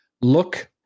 look